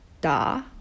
da